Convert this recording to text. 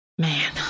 man